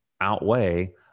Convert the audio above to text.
outweigh